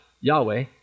Yahweh